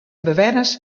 bewenners